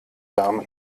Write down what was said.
damen